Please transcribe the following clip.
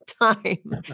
time